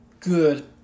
good